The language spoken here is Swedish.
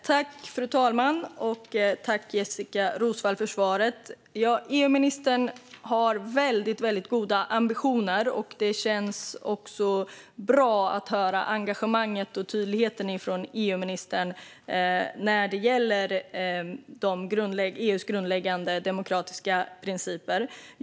Fru talman! Tack, Jessika Roswall, för svaret! EU-ministern har väldigt goda ambitioner. Det känns också bra att höra engagemanget och tydligheten från EU-ministern när det gäller EU:s grundläggande demokratiska principer.